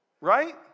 Right